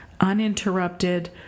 uninterrupted